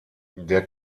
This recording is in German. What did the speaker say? der